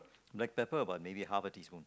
black pepper about maybe half a teaspoon